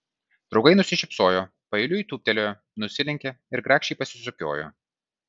draugai nusišypsojo paeiliui tūptelėjo nusilenkė ir grakščiai pasisukiojo